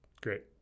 Great